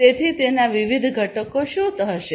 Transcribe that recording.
તેથી તેના વિવિધ ઘટકો શું છે